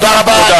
תודה.